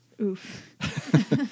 Oof